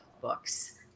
books